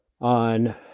on